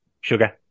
sugar